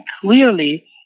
clearly